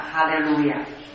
Hallelujah